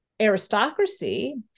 aristocracy